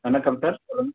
வணக்கம் சார் சொல்லுங்க